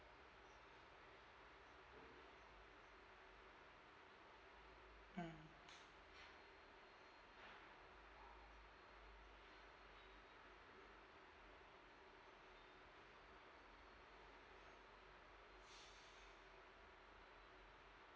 mm